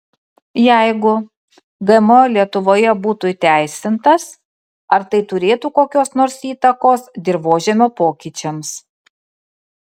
jeigu gmo lietuvoje būtų įteisintas ar tai turėtų kokios nors įtakos dirvožemio pokyčiams